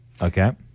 Okay